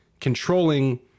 controlling